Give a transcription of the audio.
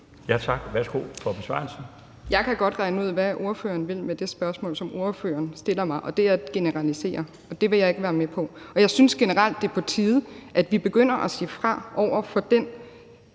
Brydensholt (ALT): Jeg kan godt regne ud, hvad ordføreren vil med det spørgsmål, som ordføreren stiller mig, og det er at generalisere, og det vil jeg ikke være med på. Jeg synes generelt, at det er på tide, at vi begynder at sige fra over for den